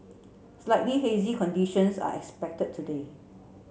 slightly hazy conditions are expected today